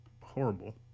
horrible